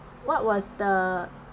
what was the